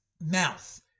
mouth